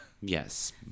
yes